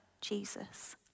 Jesus